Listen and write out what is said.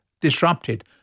disrupted